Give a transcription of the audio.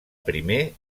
primer